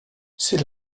c’est